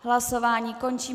Hlasování končím.